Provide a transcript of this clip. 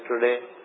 today